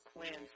plans